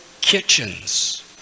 kitchens